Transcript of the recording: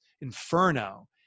inferno